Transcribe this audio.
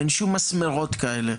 אין שום מסמרות כאלה,